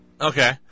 Okay